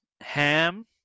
ham